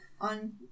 on